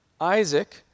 Isaac